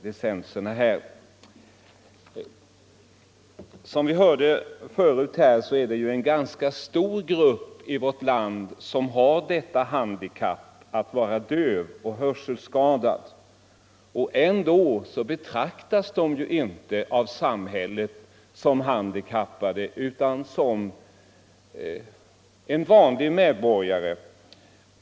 Underlättande för Som vi hört här är det en ganska stor grupp i vårt land som har han = vissa handikappade dikappet att vara hörselskadade, och ändå betraktas vederbörande inte att ta del av av samhället som handikappade utan som vanliga medborgare.